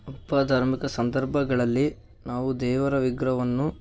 ಹಬ್ಬ ಧಾರ್ಮಿಕ ಸಂದರ್ಭಗಳಲ್ಲಿ ನಾವು ದೇವರ ವಿಗ್ರಹವನ್ನು